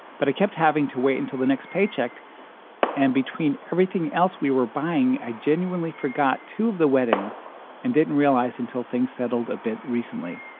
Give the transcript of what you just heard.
but i kept having to wait until the next paycheck and between everything else we were buying. i genuinely forgot two of the weddings and didn't realize until things settled a bit recently.